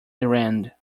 errand